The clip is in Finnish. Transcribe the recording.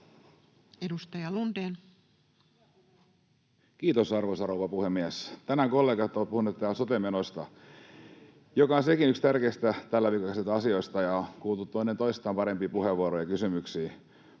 Edustaja Lundén. Kiitos, arvoisa rouva puhemies! Tänään kollegat ovat puhuneet täällä sote-menoista, joka sekin on yksi tärkeistä tällä viikolla käsiteltävistä asioista, ja on kuultu toinen toistaan parempia puheenvuoroja ja kysymyksiä.